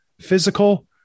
physical